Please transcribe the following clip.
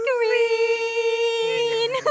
Green